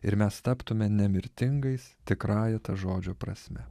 ir mes taptume nemirtingais tikrąja ta žodžio prasme